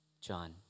John